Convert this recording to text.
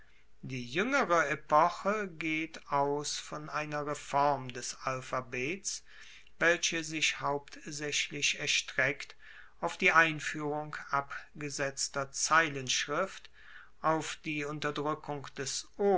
die juengere epoche geht aus von einer reform des alphabets welche sich hauptsaechlich erstreckt auf die einfuehrung abgesetzter zeilenschrift auf die unterdrueckung des